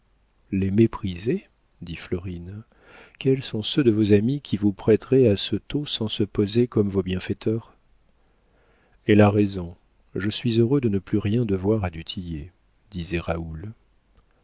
les mépriser dit florine quels sont ceux de vos amis qui vous prêteraient à ce taux sans se poser comme vos bienfaiteurs elle a raison je suis heureux de ne plus rien devoir à du tillet disait